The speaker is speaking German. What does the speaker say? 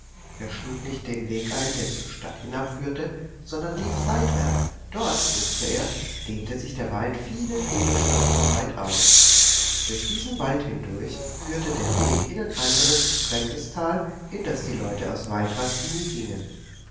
er schlug nicht den weg ein der zur stadt hinabführte sondern lief seitwärts dort wußte er dehnte sich der wald viele viele stunden weit aus durch diesen wald hindurch führte der weg in ein anderes fremdes tal in das die leute aus waldrast nie gingen